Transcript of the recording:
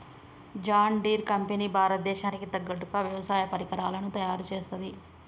John Deere company Bharat దేశానికి తగ్గట్టుగా వ్యవసాయ పరికరాలను తయారుచేస్తది